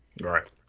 Right